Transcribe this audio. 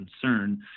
concern